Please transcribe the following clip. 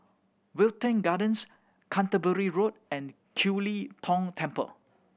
Wilton Gardens Canterbury Road and Kiew Lee Tong Temple